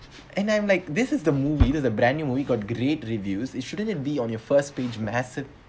and I'm like this is the movie this is the brand new movie got great reviews it shouldn't it be on your first page method